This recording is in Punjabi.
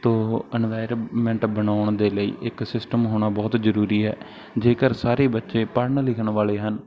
ਤਾਂ ਇੰਨਵਾਇਰਮੈਂਟ ਬਣਾਉਣ ਦੇ ਲਈ ਇੱਕ ਸਿਸਟਮ ਹੋਣਾ ਬਹੁਤ ਜ਼ਰੂਰੀ ਹੈ ਜੇਕਰ ਸਾਰੇ ਬੱਚੇ ਪੜ੍ਹਨ ਲਿਖਣ ਵਾਲੇ ਹਨ